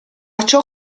ciò